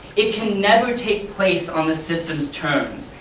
it can never take place on the system's terms.